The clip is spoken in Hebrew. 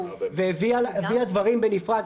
והביאה דברים בנפרד.